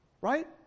right